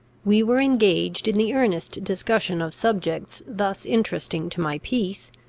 we were engaged in the earnest discussion of subjects thus interesting to my peace,